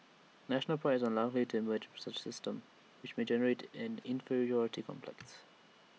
national Pride is unlikely to emerge from such A system which may generate an inferiority complex